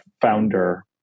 founder